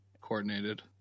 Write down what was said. coordinated